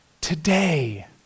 today